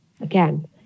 Again